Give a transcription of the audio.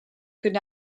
could